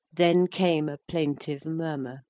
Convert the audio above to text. then came a plaintive murmur